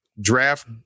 draft